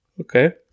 Okay